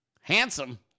handsome